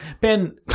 Ben